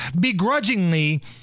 begrudgingly